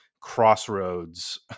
crossroads